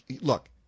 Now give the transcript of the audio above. look